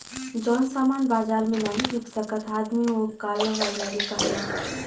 जौन सामान बाजार मे नाही बिक सकत आदमी ओक काला बाजारी कहला